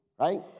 right